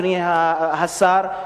אדוני השר,